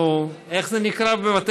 בבקשה, אדוני.